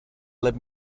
let